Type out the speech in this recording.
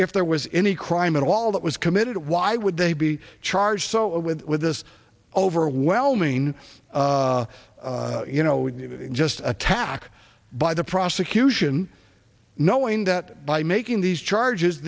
if there was any crime at all that was committed why would they be charged with this overwhelming you know just attack by the prosecution knowing that by making these charges